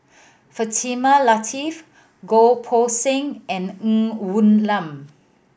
Fatimah Lateef Goh Poh Seng and Ng Woon Lam